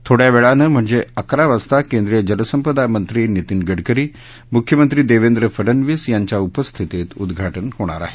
थोङ्या वेळीनं म्हणजे अकरा वाजता केंद्रीय जलसंपदा मंत्री नितीन गडकरी मुख्यमंत्री देवेंद्र फडनवीस यांच्या उपस्थितीत उदघाटन होणार आहे